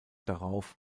darauf